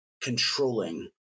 controlling